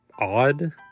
Odd